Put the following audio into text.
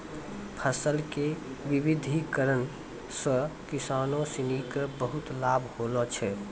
फसल के विविधिकरण सॅ किसानों सिनि क बहुत लाभ होलो छै